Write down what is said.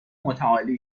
متعالی